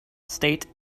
state